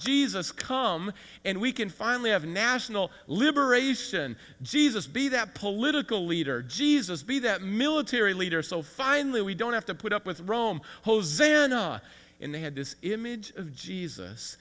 as us come and we can finally have a national liberation jesus be that political leader jesus be that military leader so finally we don't have to put up with rome hosanna and they had this image of jesus